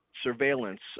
surveillance